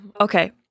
Okay